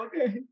okay